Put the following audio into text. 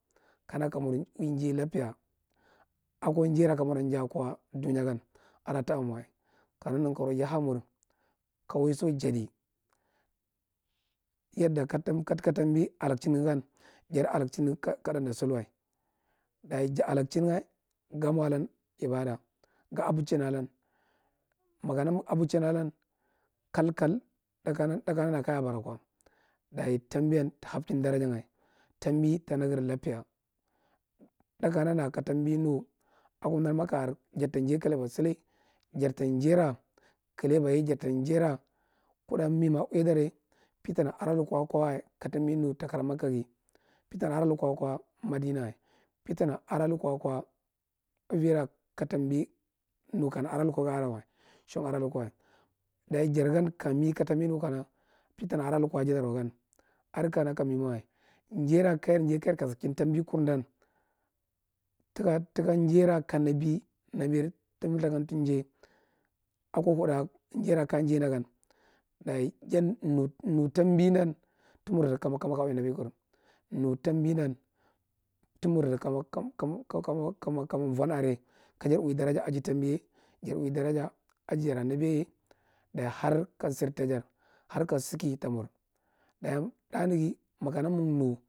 Kana kamar ui jai lapiya akwa njaira kamura njai akwa dunya agan da taɓ mwa, ka naga nankaro ya mur, ka waiso jadi yadda ka faub tambi alakcninga gan jada alakchinga ka ɗanda sul wa. Dayi ba alakchinga ga mwa lan ibada, ga abadchin alan makana go aladchin alan kal kal dakana nara kaja bara kwa dayi tambiyan ta habchin darajanga, tmabi ba nagar lapiya. Dakana nara ka tambi nu aka amdar maka are jara njai kaleba salai jerta mia ira kylaba ya jarta njaira kudā mima a uiyadar ye, pitana a add lukwa wa ka tambi ni takira maka ga, pitana ada lukwa akwa madina wa, pitana ada lukwa kawa eviira ka tambi nu ada lukwa kada wa ga avan wa shan ada lukuwa wa. Dayi jargan ka mi ka tambi nu kana pitana ada lukwa ajidar wa gan? Add kana ka muma wa, njaira kajar njai kajar kasarchin tambi kur dan, taka taka njaira kamda bi nabir tambi mlthakam ta njai, akwa huda njaira kaya njairanda gan. Dayi jan nūnu tambi nda gan. Dayi jan mu tambi nda to mardi kama kama nu nabikur. Nu tambi ndan ta mordi kama kama kama kama muwaɗa aran kajar ui daraja aji tambi, jar ui daraja aji jara nabiyan ye, dayi har ka nsida ta jar jar ka saki ta mur. Dayi ɗa naga, makana ma mur….